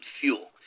fuel